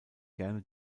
gerne